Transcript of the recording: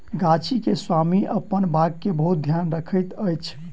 गाछी के स्वामी अपन बाग के बहुत ध्यान रखैत अछि